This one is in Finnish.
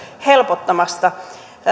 helpottamassa